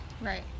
right